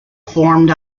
formed